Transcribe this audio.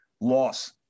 loss